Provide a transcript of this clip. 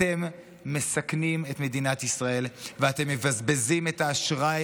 אתם מסכנים את מדינת ישראל ואתם מבזבזים את האשראי